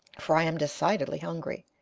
for i am decidedly hungry,